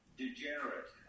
degenerate